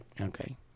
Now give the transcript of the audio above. Okay